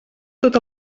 tot